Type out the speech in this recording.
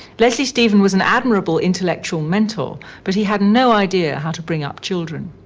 leslie stephen was an admirable intellectual mentor, but he had no idea how to bring up children.